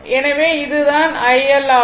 எனவே இது தான் iL ஆகும்